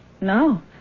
No